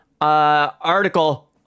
article